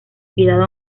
cuidado